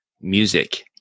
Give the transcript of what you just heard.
music